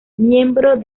miembro